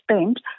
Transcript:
spent